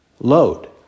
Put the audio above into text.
load